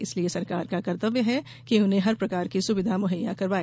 इसलिये सरकार का कर्त्तव्य है कि उन्हें हर प्रकार की सुविधा मुहैया कराए